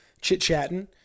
chit-chatting